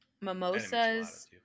mimosas